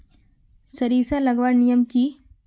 सरिसा लगवार नियम की?